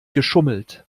geschummelt